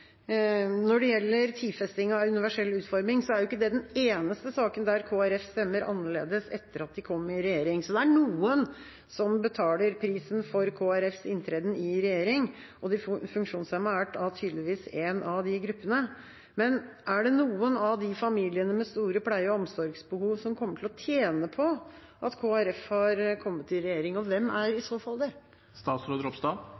Når det gjelder tidfesting av universell utforming, er ikke det den eneste saken der Kristelig Folkeparti stemmer annerledes etter at de kom i regjering. Det er noen som betaler prisen for Kristelig Folkepartis inntreden i regjering, og de funksjonshemmede er tydeligvis en av de gruppene. Er det noen av familiene med store pleie- og omsorgsbehov som kommer til å tjene på at Kristelig Folkeparti har kommet i regjering? Hvem er